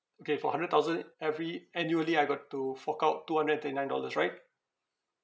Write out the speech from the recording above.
okay for hundred thousand every annually I got to fork out two hundred and thirty nine dollars right